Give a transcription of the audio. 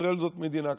ישראל זו מדינה קטנה.